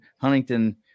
Huntington